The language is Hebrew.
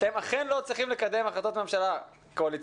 אתם אכן לא צריכים לקדם החלטות ממשלה קואליציוניות.